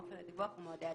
אופן הדיווח ומועדי הדיווח.